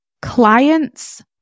Clients